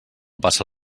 passa